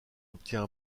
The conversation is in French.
obtient